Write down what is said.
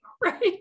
Right